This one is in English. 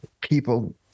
people